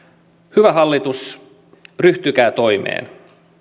hyvä hallitus ryhtykää toimeen